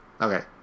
okay